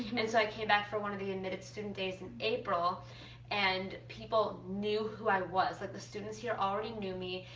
and so i came back for one of the admitted student days in april and people knew who i was. like the students here already knew me.